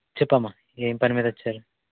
చెప్పమ్మా ఏం పని మీద వచ్చారు